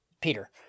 Peter